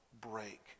break